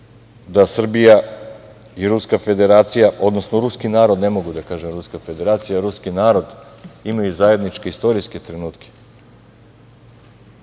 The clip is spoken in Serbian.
da Srbija i Ruska Federacija, odnosno ruski narod, ne mogu da kažem Ruska Federacija, imaju zajedničke istorijske trenutke,